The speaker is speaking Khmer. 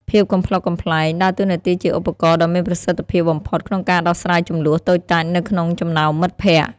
ភាពកំប្លុកកំប្លែងដើរតួនាទីជាឧបករណ៍ដ៏មានប្រសិទ្ធភាពបំផុតក្នុងការដោះស្រាយជម្លោះតូចតាចនៅក្នុងចំណោមមិត្តភក្តិ។